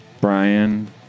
Brian